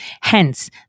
hence